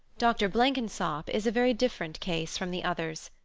dr blenkinsop is a very different case from the others.